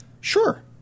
sure